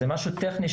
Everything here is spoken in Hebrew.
זה משהו טכני,